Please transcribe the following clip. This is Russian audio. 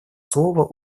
слово